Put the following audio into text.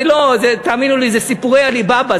תאמינו לי, זה סיפורי עלי בבא.